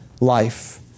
life